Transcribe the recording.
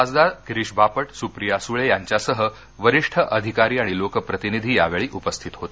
खासदार गिरीश बापट सुप्रिया सुळे यांच्यासह वरिष्ठ अधिकारी आणि लोकप्रतिनिधी यावेळी उपस्थित होते